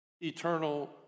eternal